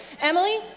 Emily